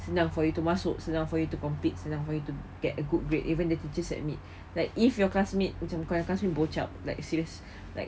senang for you to masuk senang for you to complete senang for you to get a good grade even the teachers admit that if your classmate macam kau yang classmate bo chup like serious like